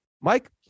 Mike